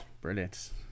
Brilliant